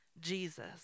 Jesus